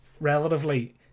relatively